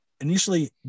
initially